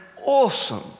awesome